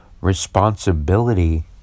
responsibility